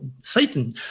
Satan